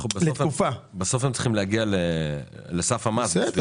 בסוף הם צריכים להגיע לסף המס.